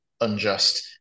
unjust